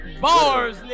Bars